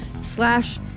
slash